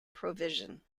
provision